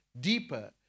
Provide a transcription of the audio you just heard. deeper